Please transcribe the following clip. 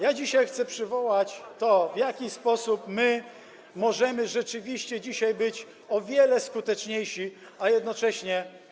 Ja dzisiaj chcę przywołać to, w jaki sposób my możemy rzeczywiście dzisiaj być o wiele skuteczniejsi, a jednocześnie.